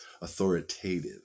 authoritative